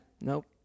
Nope